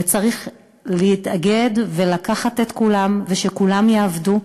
וצריך להתאגד ולקחת את כולם ושכולם יעבדו.